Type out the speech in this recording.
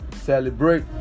celebrate